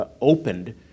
opened